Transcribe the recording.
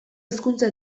hezkuntza